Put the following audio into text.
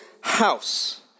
house